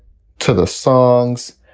to the songs,